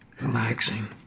relaxing